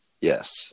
Yes